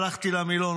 הלכתי למילון,